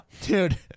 dude